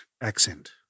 accent